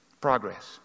Progress